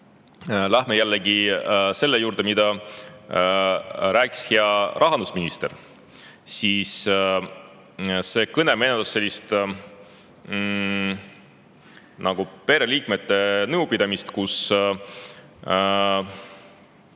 me lähme selle juurde, mida rääkis hea rahandusminister, siis see kõne meenutas sellist pereliikmete nõupidamist, kus